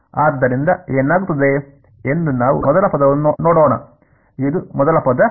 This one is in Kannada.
ಆದ್ದರಿಂದ ಏನಾಗುತ್ತದೆ ಎಂದು ನಾವು ಮೊದಲ ಪದವನ್ನು ನೋಡೋಣ ಇದು ಮೊದಲ ಪದ